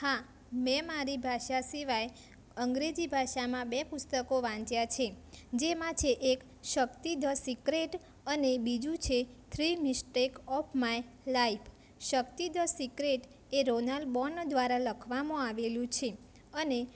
હા મેં મારી ભાષા સિવાય અંગ્રેજી ભાષામાં બે પુસ્તકો વાંચ્યા છે જેમાં છે એક શક્તિ ધ સિક્રેટ અને બીજું છે three mistake of my life શક્તિ ધ સિક્રેટ એ રોનાલ બોન દ્વારા લખવામાં આવેલું છે અને